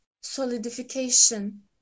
solidification